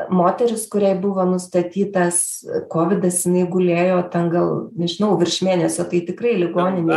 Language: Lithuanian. moteris kuriai buvo nustatytas kovidas jinai gulėjo ten gal nežinau virš mėnesio tai tikrai ligoninėj